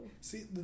See